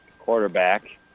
quarterback